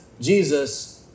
Jesus